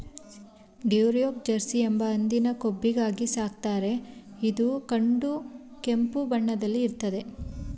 Duroc Jersey ಎಂಬ ಹಂದಿನ ಕೊಬ್ಬಿಗಾಗಿ ಸಾಕ್ತಾರೆ ಇದು ಕಡುಗೆಂಪು ಬಣ್ಣದಲ್ಲಿ ಇರ್ತದೆ